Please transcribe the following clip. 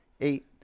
eight